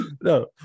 no